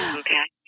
okay